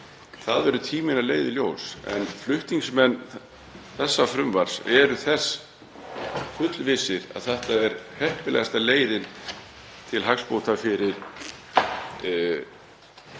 leið verður tíminn að leiða í ljós en flutningsmenn þessa frumvarps eru þess fullvissir að þetta sé heppilegasta leiðin til hagsbóta fyrir